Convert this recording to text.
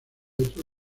otro